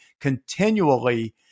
continually